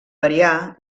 variar